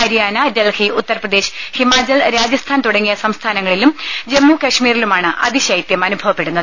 ഹരിയാന ഡൽഹി ഉത്തർപ്രദേശ് ഹിമാചൽ രാജസ്ഥാൻ തുടങ്ങിയ സംസ്ഥാനങ്ങളിലും ജമ്മു കാശ്മീരിലുമാണ് അതിശൈത്യം അനുഭവപ്പെടുന്നത്